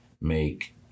make